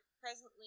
presently